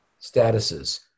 statuses